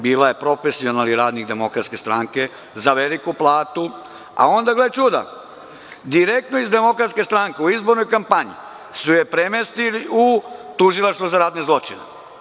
Bila je profesionalni radnik DS za veliku platu, a onda gle čuda, direktno iz DS u izbornoj kampanji su je premestili u Tužilaštvo za ratne zločine.